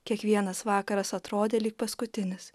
kiekvienas vakaras atrodė lyg paskutinis